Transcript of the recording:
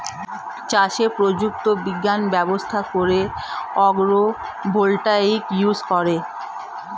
চাষে প্রযুক্তি বিজ্ঞান ব্যবহার করে আগ্রো ভোল্টাইক ইউজ করে